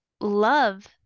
love